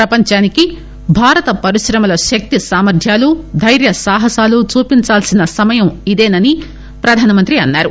ప్రపంచానికి భారత పరిశ్రమల శక్తిసామర్ద్యాలు దైర్య సాహసాలను చూపాల్సిన సమయం ఇదేనని ప్రధానమంత్రి అన్నారు